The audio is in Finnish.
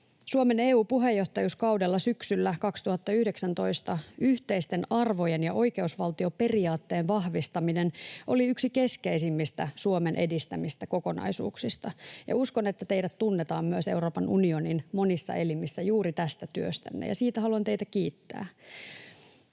Suomen EU-puheenjohtajuuskaudella syksyllä 2019 yhteisten arvojen ja oikeusvaltioperiaatteen vahvistaminen oli yksi keskeisimmistä Suomen edistämistä kokonaisuuksista, ja uskon, että teidät tunnetaan myös Euroopan unionin monissa elimissä juuri tästä työstänne, ja siitä haluan teitä kiittää.